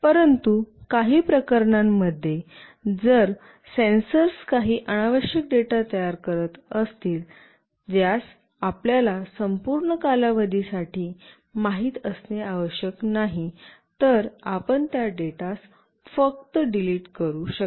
परंतु काही प्रकरणांमध्ये जर सेन्सर्स काही अनावश्यक डेटा तयार करीत असतील ज्यास आपल्याला संपूर्ण कालावधीसाठी माहित असणे आवश्यक नाही तर आपण त्या डेटास फक्त डिलीट करु शकता